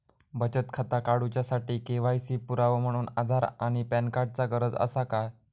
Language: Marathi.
बचत खाता काडुच्या साठी के.वाय.सी पुरावो म्हणून आधार आणि पॅन कार्ड चा गरज आसा काय?